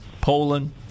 Poland